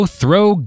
throw